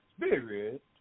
Spirit